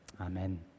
Amen